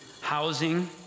housing